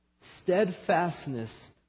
steadfastness